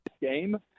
game